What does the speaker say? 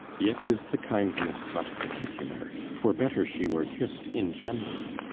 yet is the kindness but particular twere better she were kiss'd in general.